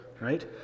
right